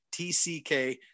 TCK